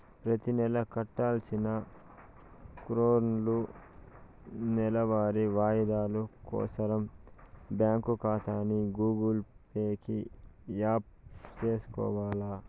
ప్రతినెలా కట్టాల్సిన కార్లోనూ, నెలవారీ వాయిదాలు కోసరం బ్యాంకు కాతాని గూగుల్ పే కి యాప్ సేసుకొవాల